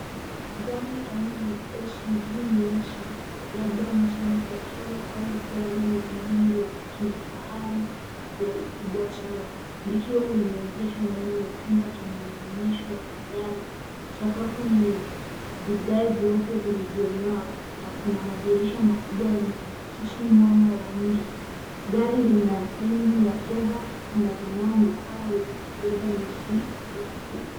Gari aina ya SUV nyeusi labda Nissan Patrol au gari lingine la kifahari la ukubwa sawa likiwa limeegeshwa ndani ya chumba cha maonyesho ya magari. Sakafu ni ya vigae vyeupe vilivyong'aa na kuna madirisha makubwa yanayoakisi mwanga wa nje. Gari lina rimu ya fedha zinazong'aa na paa za kubeba mizigo.